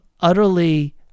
utterly